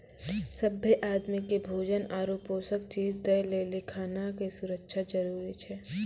सभ्भे आदमी के भोजन आरु पोषक चीज दय लेली खाना के सुरक्षा जरूरी छै